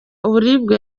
uburibwe